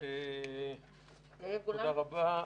תודה רבה.